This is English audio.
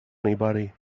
anybody